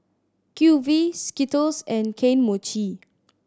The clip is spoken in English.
Q V Skittles and Kane Mochi